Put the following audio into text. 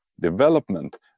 development